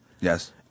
Yes